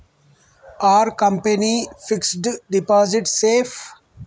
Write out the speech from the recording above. Are company fixed deposit safe?